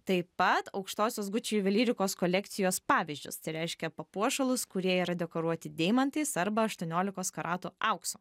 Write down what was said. taip pat aukštosios gucci juvelyrikos kolekcijos pavyzdžius tai reiškia papuošalus kurie yra dekoruoti deimantais arba aštuoniolikos karatų aukso